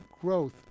growth